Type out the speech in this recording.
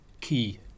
key